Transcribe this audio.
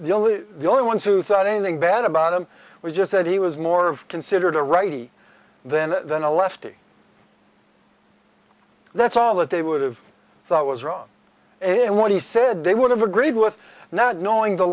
mean the only ones who thought anything bad about him was just said he was more of considered a righty then than a lefty that's all that they would have thought was wrong and what he said they would have agreed with not knowing the